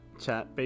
chat